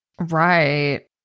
right